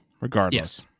regardless